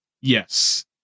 Yes